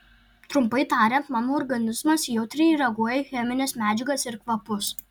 trumpai tariant mano organizmas jautriai reaguoja į chemines medžiagas ir kvapus